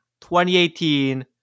2018